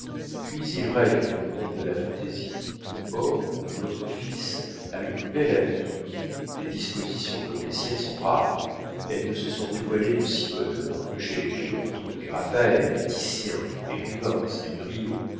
puis il règne dans le monde de la fantaisie or votre fils a le plus bel avenir des dispositions comme les siennes sont rares elles ne se sont dévoilées de si bonne heure que chez les giotto les raphaël les titien les rubens les murillo